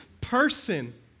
person